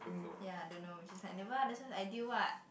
ya I don't know which is like never that's why it's ideal [what]